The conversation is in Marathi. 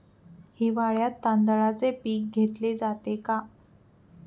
हिवाळ्यात तांदळाचे पीक घेतले जाते का?